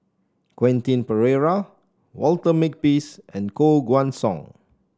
Quentin Pereira Walter Makepeace and Koh Guan Song